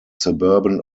suburban